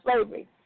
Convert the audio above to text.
slavery